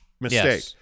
mistake